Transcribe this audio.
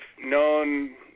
known